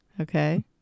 okay